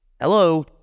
Hello